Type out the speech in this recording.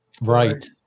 Right